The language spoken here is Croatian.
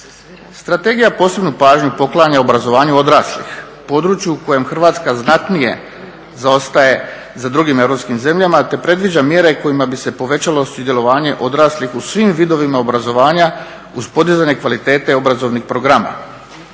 Strategija posebnu pažnju poklanja obrazovanju odraslih, području u kojem Hrvatska znatnije zaostaje za drugim europskim zemljama, te predviđa mjere kojima bi se povećalo sudjelovanje odraslih u svim vidovima obrazovanja uz podizanje kvalitete obrazovnih programa.